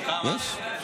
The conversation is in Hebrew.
גם בעד להרחיב את זה לצבא.